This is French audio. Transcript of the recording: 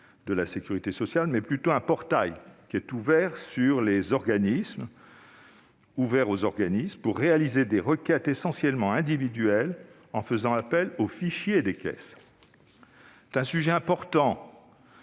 de la sécurité sociale, mais plutôt un portail ouvert aux organismes pour réaliser des requêtes essentiellement individuelles en faisant appel aux fichiers des caisses. C'est un sujet important